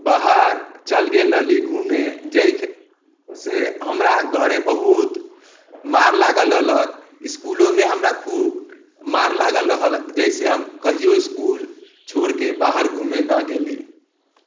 बाहर चलि गेल रहली घुमे जाइसे हमरा घरे बहुत मार लागल रहलक इसकुलोमे हमरा खूब मार लागल रहल जइसे हम कहियो इसकुल छोड़िके हम बाहर घूमे नहि गेली